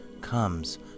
comes